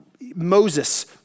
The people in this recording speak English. Moses